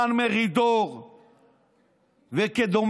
דן מרידור ודומיהם,